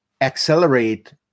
accelerate